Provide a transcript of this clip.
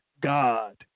God